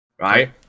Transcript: right